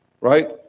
right